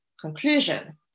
conclusion